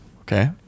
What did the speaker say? okay